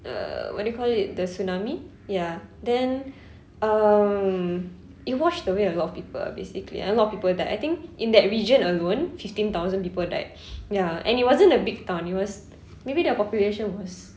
err what do you call it the tsunami ya then um it washed away a lot of people basically and a lot of people that I think in that region alone fifteen thousand people died ya and it wasn't a big town it was maybe their population was